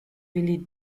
willie